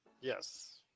yes